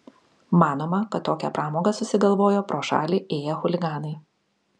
manoma kad tokią pramogą susigalvojo pro šalį ėję chuliganai